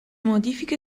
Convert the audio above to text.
modifiche